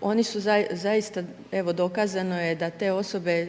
Oni su zaista, evo dokazano je da te osobe